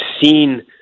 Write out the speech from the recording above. seen